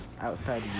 outside